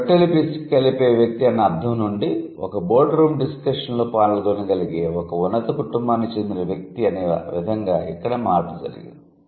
రొట్టెలు పిసికి కలిపే వ్యక్తి అన్న అర్ధం నుండి ఒక బోర్డు రూమ్ డిస్కషన్ లో పాల్గొన గలిగే ఒక ఉన్నత కుటుంబానికి చెందిన వ్యక్తి అనే విధంగా ఇక్కడ మార్పు జరిగింది